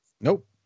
Nope